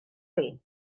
chi